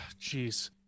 jeez